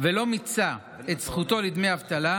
ולא מיצה את זכותו לדמי אבטלה,